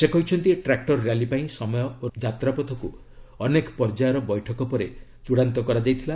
ସେ କହିଛନ୍ତି tractor rally ପାଇଁ ସମୟ ଓ ଯାତ୍ରାପଥକୁ ଅନେକ ପର୍ଯ୍ୟାୟର ବୈଠକ ପରେ ଚୃଡ଼ାନ୍ତ କରାଯାଇଥିଲା